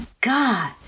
God